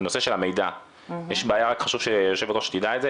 הנושא של המידע יש בעיה רק חשוב שהיושבת ראש תדע את זה,